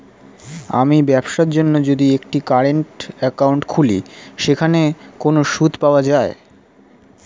আমি ব্যবসার জন্য যদি একটি কারেন্ট একাউন্ট খুলি সেখানে কোনো সুদ পাওয়া যায়?